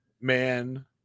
man